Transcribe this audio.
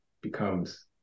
becomes